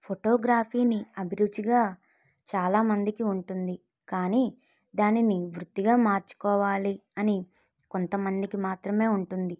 ఫోటోగ్రఫీని అభిరుచిగా చాలామందికి ఉంటుంది కానీ దానిని వృత్తిగా మార్చుకోవాలి అని కొంతమందికి మాత్రమే ఉంటుంది